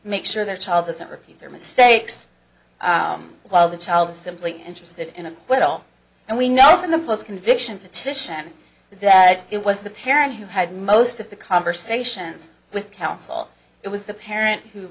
make sure their child doesn't repeat their mistakes while the child is simply interested in a well and we know from the post conviction petition that it was the parent who had most of the conversations with counsel it was the parent who